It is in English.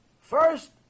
First